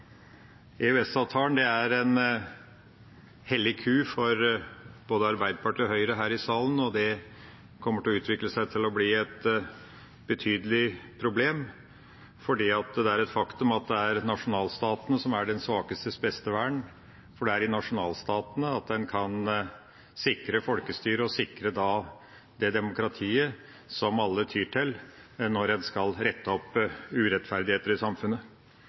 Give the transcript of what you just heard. godt. EØS-avtalen er en hellig ku for både Arbeiderpartiet og Høyre her i salen. Det kommer til å utvikle seg til å bli et betydelig problem, for det er et faktum at det er nasjonalstaten som er den svakestes beste vern, det er i nasjonalstatene at en kan sikre folkestyret og sikre det demokratiet som alle tyr til når en skal rette opp urettferdighet i samfunnet.